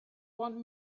want